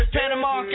Panama